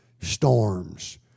Storms